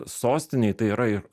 sostinėj tai yra ir